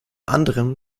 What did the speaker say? anderem